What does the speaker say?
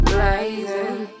Blazing